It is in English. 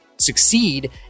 succeed